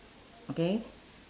okay